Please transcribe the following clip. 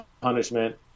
punishment